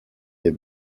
der